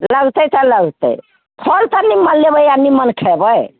लगतै तऽ लगतै फल तऽ निमन लेबै आ निमन खयबै